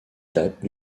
datent